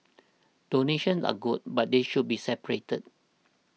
donations are good but they should be separate